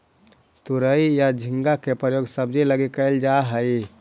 तुरई या झींगा के प्रयोग सब्जी लगी कैल जा हइ